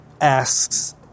asks